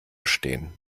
stehen